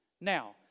Now